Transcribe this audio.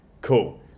Cool